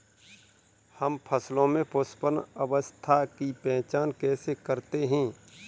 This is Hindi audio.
हम फसलों में पुष्पन अवस्था की पहचान कैसे करते हैं?